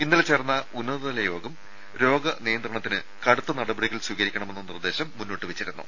ഇന്നലെ ചേർന്ന ഉന്നതതല യോഗം രോഗ നിയന്ത്രണത്തിന് കടുത്ത നടപടികൾ സ്വീകരിക്കണമെന്ന നിർദ്ദേശം മുന്നോട്ട് വെച്ചിരുന്നു